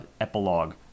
epilogue